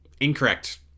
Incorrect